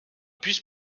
bus